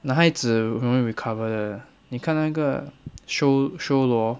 男孩子我们 recover 的你看那个 show show luo